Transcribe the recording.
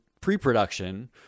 pre-production